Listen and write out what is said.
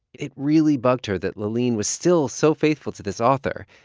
it really bugged her that laaleen was still so faithful to this author,